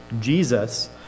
Jesus